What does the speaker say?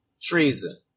treason